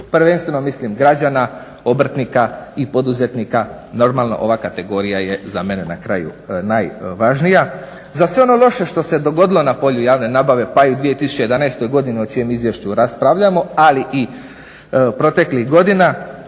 prvenstveno mislim građana, obrtnika i poduzetnika. Normalno ova kategorija je za mene na kraju najvažnija. Za sve ono loše što se dogodilo na polju javne nabave pa i u 2011. godini o čijem izvješću raspravljamo, ali i proteklih godina,